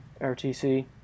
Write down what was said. RTC